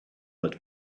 but